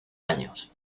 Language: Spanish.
años